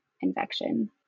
infection